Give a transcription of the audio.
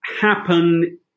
happen